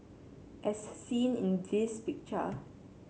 as seen in this picture